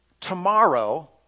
tomorrow